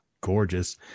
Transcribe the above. gorgeous